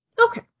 okay